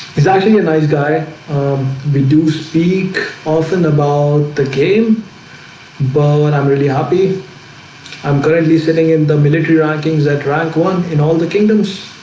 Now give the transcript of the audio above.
he's actually a nice guy we do speak often um about the game but and i'm really happy i'm currently sitting in the military rankings at track one in all the kingdoms